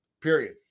period